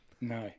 No